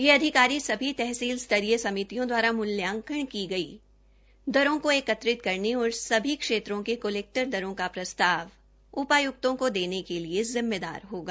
ये अधिकारी सभी तहसील स्तरीय समितियों द्वारा मुल्यांकन की गई दरों को एकत्र करने और सभी क्षेत्रों के कलेक्टर दरों का प्रस्ताव उपाय्क्तों को देने के लिए जिम्मेदार होगा